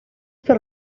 per